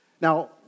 Now